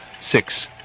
six